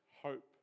hope